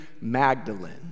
Magdalene